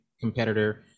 Competitor